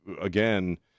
again